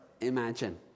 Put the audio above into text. imagine